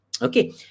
Okay